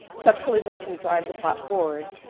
such collisions can drive the plot forward.